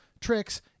tricks